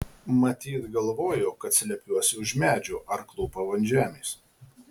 matyt galvojo kad slepiuosi už medžio ar klūpau ant žemės